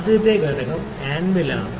ആദ്യത്തെ ഘടകം ആൻവിൽ ആണ്